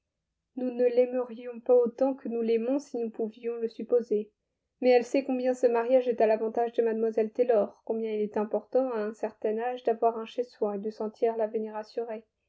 nous ne l'aimerions pas autant que nous l'aimons si nous pouvions le supposer mais elle sait combien ce mariage est à l'avantage de mlle taylor combien il est important à un certain âge d'avoir un chez soi et de sentir l'avenir